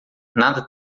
nada